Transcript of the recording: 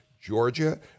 Georgia